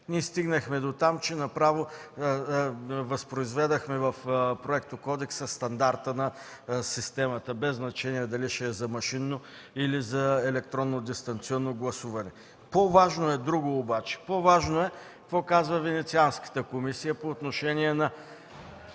Ние стигнахме дотам, че направо възпроизведохме в проектокодекса стандарта на системата, без значение дали ще е за машинно или за електронно дистанционно гласуване. По-важно обаче е друго. По-важно е какво казва Венецианската комисия по отношение на